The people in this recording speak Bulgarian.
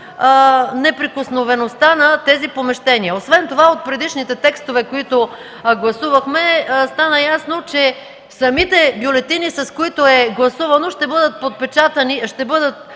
неприкосновеността на тези помещения. Освен това от предишните текстове, които гласувахме, стана ясно, че самите бюлетини, с които е гласувано, ще бъдат опаковани с лента,